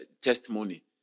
testimony